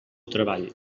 treball